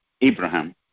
Abraham